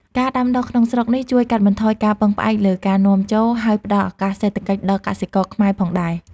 ការដាំដុះក្នុងស្រុកនេះជួយកាត់បន្ថយការពឹងផ្អែកលើការនាំចូល ហើយផ្តល់ឱកាសសេដ្ឋកិច្ចដល់កសិករខ្មែរផងដែរ។